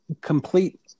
complete